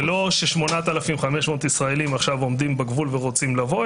זה לא ש-8,500 ישראלים עכשיו עומדים בגבול ורוצים לבוא,